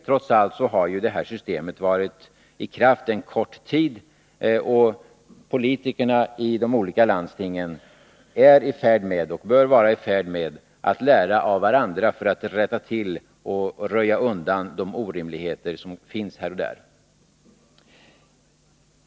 Trots allt har det här systemet varit i kraft endast en kort tid, och politikerna i de olika landstingen bör vara i färd med att lära av varandra för att rätta till och röja undan de orimligheter som finns här och där.